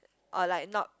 or like not